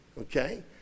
okay